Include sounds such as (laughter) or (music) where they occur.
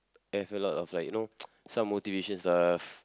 have a lot of like you know (noise) some motivation stuff